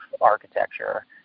architecture